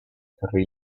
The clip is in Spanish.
sri